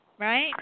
Right